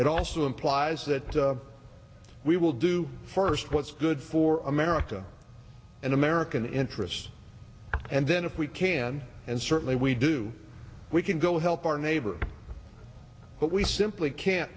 it also implies that we will do first what's good for america and american interests and then if we can and certainly we do we can go help our neighbor but we simply can't